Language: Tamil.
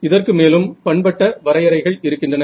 இதற்கு மேலும் பண்பட்ட வரையறைகள் இருக்கின்றன